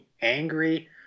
angry